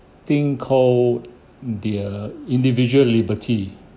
thing called the err individual liberty